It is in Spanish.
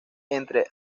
entre